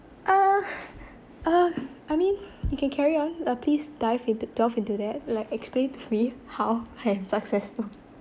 uh uh I mean you can carry on uh please dive into delve into that like explain to me how I'm successful